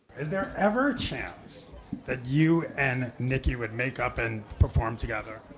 is there ever a chance that you and nicki would make up and perform together,